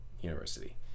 university